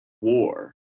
war